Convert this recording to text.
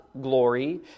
glory